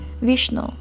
Vishnu